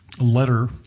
letter